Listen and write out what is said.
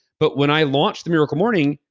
but when i launched the miracle morning,